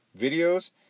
videos